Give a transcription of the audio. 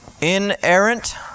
inerrant